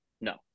no